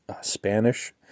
Spanish